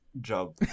job